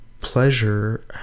pleasure